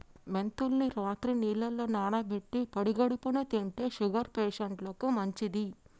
మెంతుల్ని రాత్రి నీళ్లల్ల నానబెట్టి పడిగడుపున్నె తింటే షుగర్ పేషంట్లకు మంచిది